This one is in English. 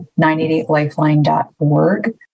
988lifeline.org